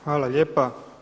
Hvala lijepa.